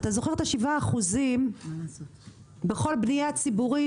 אתה זוכר את ה-7% בכל בנייה ציבורית,